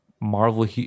marvel